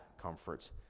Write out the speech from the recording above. comfort